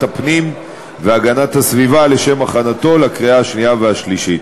הפנים והגנת הסביבה לשם הכנתו לקריאה השנייה והשלישית.